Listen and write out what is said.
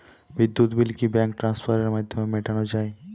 বিদ্যুৎ বিল কি ব্যাঙ্ক ট্রান্সফারের মাধ্যমে মেটানো য়ায়?